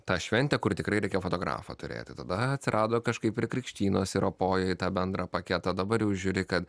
ta šventė kur tikrai reikia fotografą turėti tada atsirado kažkaip ir krikštynos įropoja į tą bendrą paketą dabar jau žiūri kad